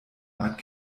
art